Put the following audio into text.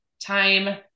time